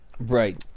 Right